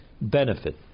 benefit